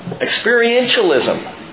Experientialism